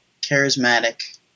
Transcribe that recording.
charismatic